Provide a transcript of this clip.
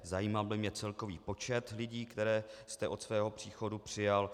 Zajímal by mě celkový počet lidí, které jste od svého příchodu přijal.